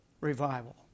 revival